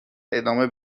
ادامه